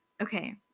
Okay